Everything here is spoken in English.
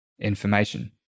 information